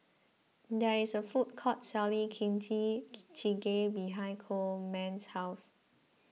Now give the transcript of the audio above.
there is a food court selling Kimchi Jjigae behind Coleman's house